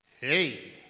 Hey